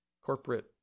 corporate